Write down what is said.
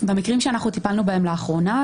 במקרים שאנחנו טיפלנו בהם לאחרונה,